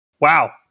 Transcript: Wow